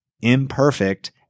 imperfect